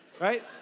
right